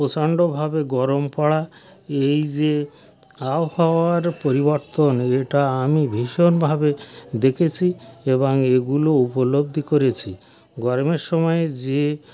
প্রচণ্ডভাবে গরম পড়া এই যে আবওহাওয়ার পরিবর্তন এটা আমি ভীষণভাবে দেখেছি এবাং এগুলো উপলব্ধি করেছি গরমের সময় যে